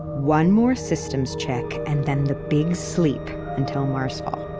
one more systems check, and then the big sleep until marsfall.